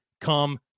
Come